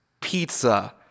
pizza